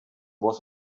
was